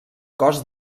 cos